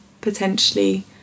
potentially